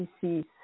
disease